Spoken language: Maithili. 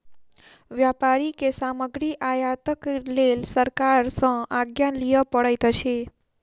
व्यापारी के सामग्री आयातक लेल सरकार सॅ आज्ञा लिअ पड़ैत अछि